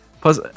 plus